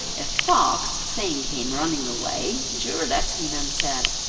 a fox, seeing him running away, jeered at him and said,